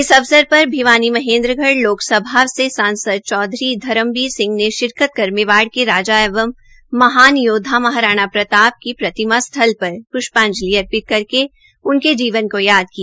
इस अवसर पर भिवानी महेन्द्रगढ़ लोकसभा से सांसद चौधरी धर्मबीर सिंह ने शिरकत कर मेवाड़ के राजा एवं महान योद्धा महाराणा प्रताप की प्रतिमा स्थल पर प्ष्पांजलि अर्पित कर उनके जीवन को याद किया